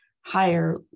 higher